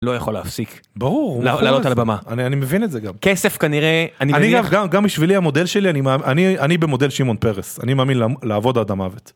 לא יכול להפסיק ברור לעלות על הבמה אני מבין את זה גם כסף כנראה אני גם גם גם בשבילי המודל שלי אני אני אני במודל שמעון פרס אני מאמין לעבוד עד המוות.